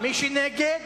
מי שנגד,